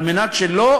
כדי שלא